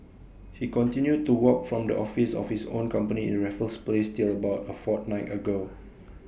he continued to work from the office of his own company in Raffles place till about A fortnight ago